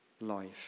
life